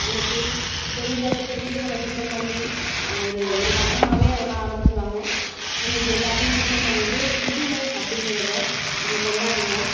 அன்னிக்கி பெண்கள் வீடுகளை சுத்தம் பண்ணி அது ஒரு ஒரு மாதமாவே அதெல்லாம் ஆரமிச்சுருவாங்க அன்னிக்கி எல்லாத்தையும் சுத்தம் பண்ணிட்டு புதுமை அப்படிங்கிறத நம்ம கொண்டாடுவோம்